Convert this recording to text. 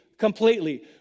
Completely